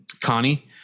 connie